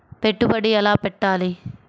పెట్టుబడి ఎలా పెట్టాలి?